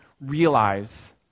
realize